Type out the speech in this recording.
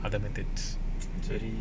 other methods